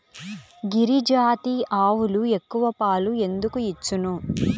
గిరిజాతి ఆవులు ఎక్కువ పాలు ఎందుకు ఇచ్చును?